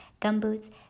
gumboots